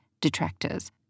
detractors